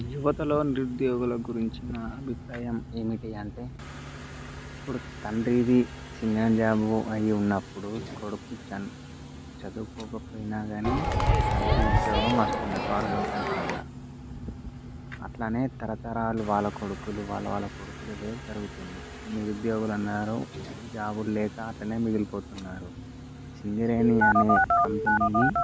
యువతలో నిరుద్యోగుల గురించి నా అభిప్రాయం ఏమిటి అంటే ఇప్పుడు తండ్రిది సింగం జాబు అయి ఉన్నప్పుడు కొడుకు చన్ చదువుకోకపోయినా గానీ తండ్రి ఉద్యోగం వస్తుంది వారసత్వం పరంగా అట్లానే తరతరాలు వాళ్ళ కొడుకులు వాళ్ళ వాళ్ళ కొడుకులదే జరుగుతుంది నిరుద్యోగులన్నారు జాబులు లేక అట్లనే మిగిలిపోతున్నారు సింగరేణి అనే కంపెనీని